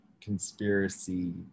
conspiracy